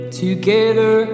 together